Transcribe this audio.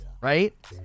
Right